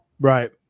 Right